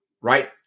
right